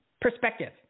Perspective